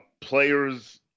players